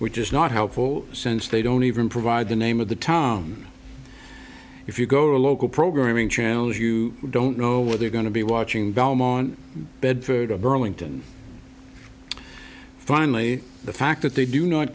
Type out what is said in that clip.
which is not helpful since they don't even provide the name of the tom if you go to a local programming channels you don't know what they're going to be watching belmont bedford of burlington finally the fact that they do not